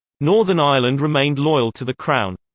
northern ireland remained loyal to the crown.